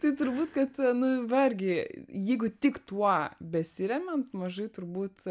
tai turbūt kad nu vargei jeigu tik tuo besiremiant mažai turbūt